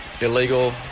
illegal